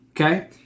Okay